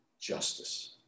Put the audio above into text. justice